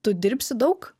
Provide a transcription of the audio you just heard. tu dirbsi daug